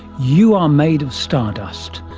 you are made of stardust.